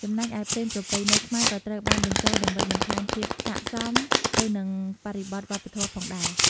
ចំណែកឯភ្លេងប្រពៃណីខ្មែរក៏ត្រូវបានបញ្ចូលដើម្បីបន្ថែមភាពស័ក្តិសមទៅនឹងបរិបទវប្បធម៌ផងដែរ ។